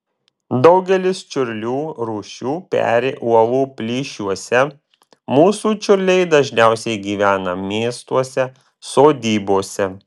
daugelis čiurlių rūšių peri uolų plyšiuose mūsų čiurliai dažniausiai gyvena miestuose sodybose